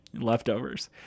leftovers